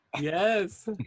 Yes